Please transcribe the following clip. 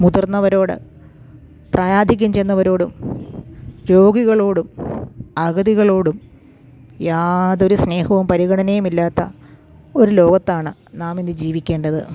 മുതിർന്നവരോട് പ്രായാധിക്യം ചെന്നവരോടും രോഗികളോടും അഗതികളോടും യാതൊരു സ്നേഹവും പരിഗണയുമില്ലാത്ത ഒരു ലോകത്താണ് നാമിന്ന് ജീവിക്കേണ്ടത്